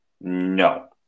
No